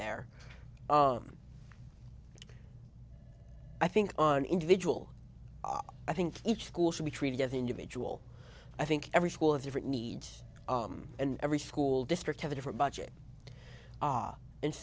there i think on individual i think each school should be treated as an individual i think every school has different needs and every school district have a different budget ah and